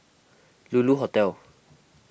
Lulu Hotel